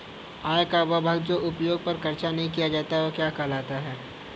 आय का वह भाग जो उपभोग पर खर्च नही किया जाता क्या कहलाता है?